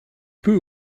peu